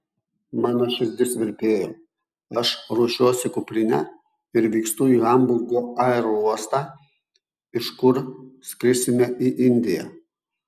mano širdis virpėjo aš ruošiuosi kuprinę ir vykstu į hamburgo aerouostą iš kur skrisime į indiją